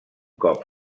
cop